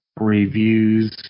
reviews